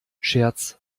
scherz